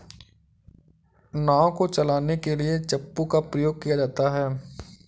नाव को चलाने के लिए चप्पू का प्रयोग किया जाता है